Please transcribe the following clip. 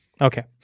Okay